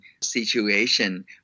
situation